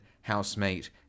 housemate